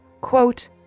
Quote